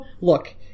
Look